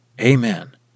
Amen